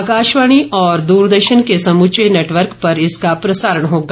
आकाशवाणी और द्रदर्शन के समूचे नेटवर्क पर इसका प्रसारण होगा